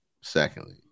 Secondly